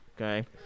Okay